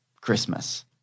Christmas